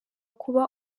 kuba